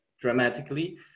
dramatically